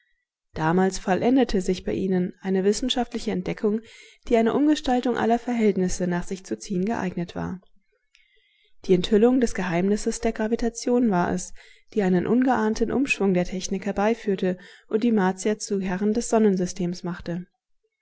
damals vollendete sich bei ihnen eine wissenschaftliche entdeckung die eine umgestaltung aller verhältnisse nach sich zu ziehen geeignet war die enthüllung des geheimnisses der gravitation war es die einen ungeahnten umschwung der technik herbeiführte und die martier zu herren des sonnensystems machte